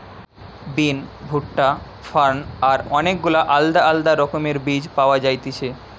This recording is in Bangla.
বিন, ভুট্টা, ফার্ন আর অনেক গুলা আলদা আলদা রকমের বীজ পাওয়া যায়তিছে